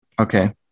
Okay